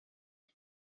and